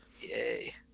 Yay